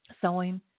sewing